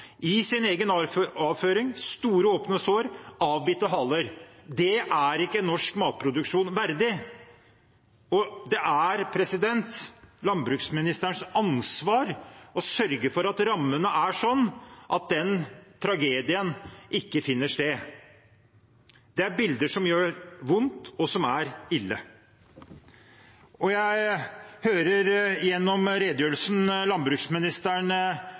i sin egen avføring, med store åpne sår og med avbitte haler. Det er ikke norsk matproduksjon verdig, og det er landbruksministerens ansvar å sørge for at rammene er slik at den tragedien ikke finner sted. Det er bilder som gjør vondt, og som er ille. Jeg hører gjennom redegjørelsen landbruksministeren